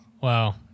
Wow